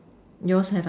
yours have ah